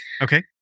Okay